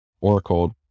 Oracle